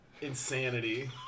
insanity